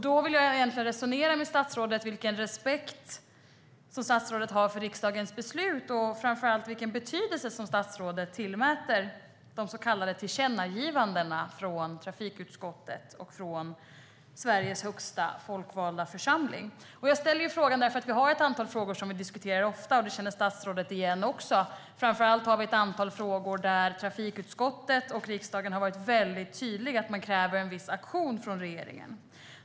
Då vill jag resonera med statsrådet om vilken respekt som statsrådet har för riksdagens beslut och framför allt vilken betydelse som statsrådet tillmäter de så kallade tillkännagivandena från trafikutskottet och från Sveriges högsta folkvalda församling. Jag ställer frågan därför att vi har ett antal frågor som vi diskuterar ofta, och det känner också statsrådet till. Framför allt har vi ett antal frågor där trafikutskottet och riksdagen har varit väldigt tydliga med att man kräver en viss aktion från regeringen.